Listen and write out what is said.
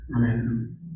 amen